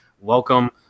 welcome